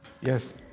Yes